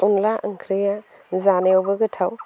अनला ओंख्रिया जानायावबो गोथाव